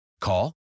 Call